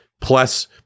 Plus